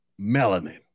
melanin